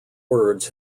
words